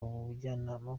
ubujyanama